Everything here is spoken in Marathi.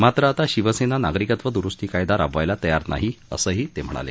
मात्र आता शिवसेना नागरिकत्व दुरुस्ती कायदा राबवायला तयार नाही असंही ते म्हणाले